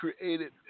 created